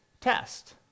test